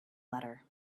letter